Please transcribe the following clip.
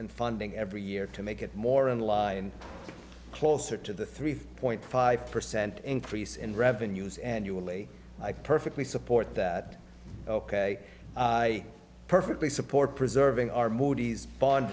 in funding every year to make it more in line closer to the three point five percent increase in revenues annually i perfectly support that ok i perfectly support preserving our moody's bond